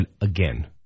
again